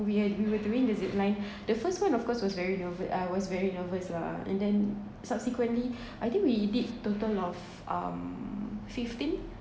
we are we were doing the zipline the first one of course was very nervous I was very nervous lah and then subsequently I think we did a total of um fifteen